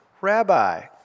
rabbi